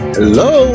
Hello